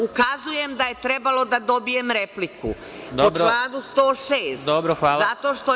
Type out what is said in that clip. Ukazujem da je trebalo da dobijem repliku po članu 106. zato što on